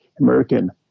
American